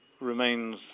remains